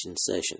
session